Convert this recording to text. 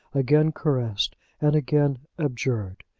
again caressed and again abjured.